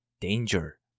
danger